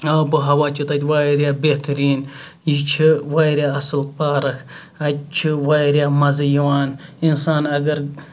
آب ہَوا چھُ تَتہِ واریاہ بہتَرین یہِ چھِ واریاہ اَصل پارَک اَتہِ چھُ واریاہ مَزٕ یِوان اِنسان اَگَر